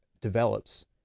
develops